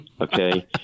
Okay